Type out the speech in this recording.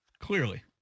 Clearly